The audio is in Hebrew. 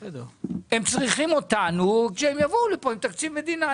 הם צריכים אותנו, כשהם יבואו לפה עם תקציב מדינה.